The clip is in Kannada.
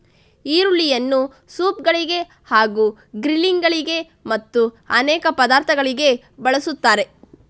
ಈರುಳ್ಳಿಯನ್ನು ಸೂಪ್ ಗಳಿಗೆ ಹಾಗೂ ಗ್ರಿಲ್ಲಿಂಗ್ ಗಳಿಗೆ ಮತ್ತು ಅನೇಕ ಪದಾರ್ಥಗಳಿಗೆ ಬಳಸುತ್ತಾರೆ